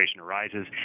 arises